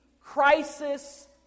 crisis